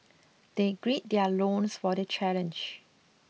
they gird their loins for the challenge